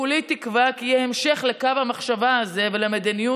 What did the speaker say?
כולי תקווה כי יהיה המשך לקו המחשבה הזה ולמדיניות